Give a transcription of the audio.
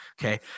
Okay